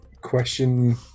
Question